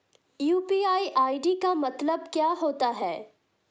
UPI ID का मतलब क्या होता है?